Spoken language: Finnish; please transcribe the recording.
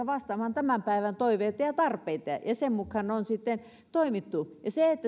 vastaamaan tämän päivän toiveita ja ja tarpeita ja sen mukaan on sitten toimittu